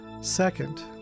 Second